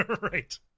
Right